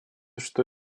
что